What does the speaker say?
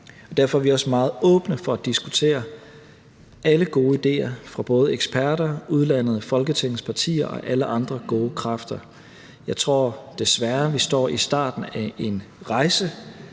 derfor er vi også meget åbne for at diskutere alle gode idéer fra både eksperter, udlandet, Folketingets partier og alle andre gode kræfter. Jeg tror desværre, vi står i starten af en rejse